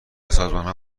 سازمانها